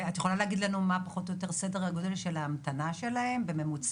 ואת יכולה להגיד לנו מה פחות או יותר סדר הגודל של ההמתנה שלהם בממוצע?